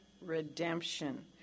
redemption